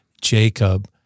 Jacob